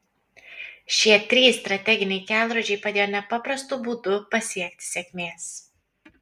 šie trys strateginiai kelrodžiai padėjo nepaprastu būdu pasiekti sėkmės